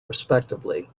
respectively